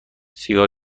سیگار